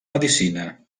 medicina